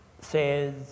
says